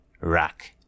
Rock